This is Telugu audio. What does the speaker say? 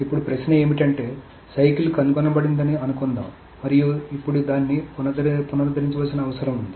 ఇప్పుడు ప్రశ్న ఏమిటంటే సైకిల్ కనుగొనబడిందని అనుకుందాం మరియు ఇప్పుడు దాన్ని పునరుద్ధరించాల్సిన అవసరం ఉంది